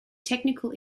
technical